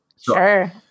Sure